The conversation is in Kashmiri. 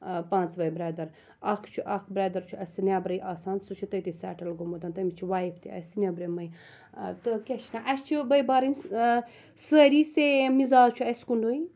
پانٛژوے بیٚدَر اکھ چھُ اکھ بیٚدَر چھُ اَسہِ نیٚبرٕے آسان سُہ چھُ تٔتی سیٚٹٕلۍ گوٚمُت تٔمِس چھِ وایِف تہِ اَسہِ نیٚبرِمٕے تہٕ کیاہ چھِ نا اَسہِ چھِ بٲے بارٕنۍ سٲری سیم مِزاز چھُ اَسہِ کُنُے